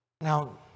Now